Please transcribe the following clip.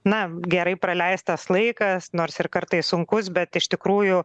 na gerai praleistas laikas nors ir kartais sunkus bet iš tikrųjų